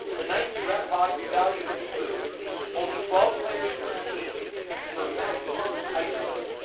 the knights rep hockey values include only twelve players per team for maximum ice time,